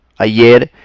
Ayer